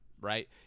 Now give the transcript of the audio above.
right